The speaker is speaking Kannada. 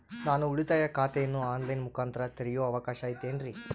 ನಾನು ಉಳಿತಾಯ ಖಾತೆಯನ್ನು ಆನ್ ಲೈನ್ ಮುಖಾಂತರ ತೆರಿಯೋ ಅವಕಾಶ ಐತೇನ್ರಿ?